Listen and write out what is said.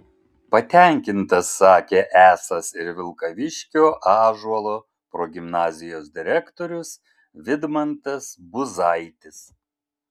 patenkintas sakė esąs ir vilkaviškio ąžuolo progimnazijos direktorius vidmantas buzaitis